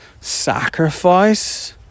sacrifice